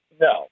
No